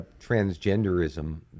transgenderism